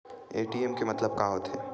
ATM के मतलब का होथे?